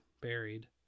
buried